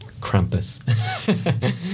Krampus